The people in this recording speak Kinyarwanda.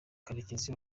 karekezi